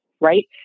Right